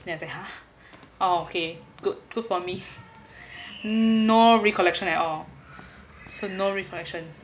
disneyland I was like !huh! oh okay good good for me no recollection at all so no recollection